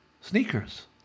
sneakers